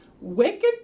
wicked